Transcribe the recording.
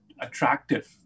attractive